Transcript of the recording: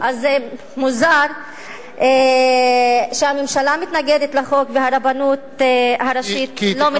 אז זה מוזר שהממשלה מתנגדת לחוק והרבנות הראשית לא מתנגדת.